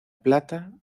plata